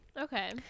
Okay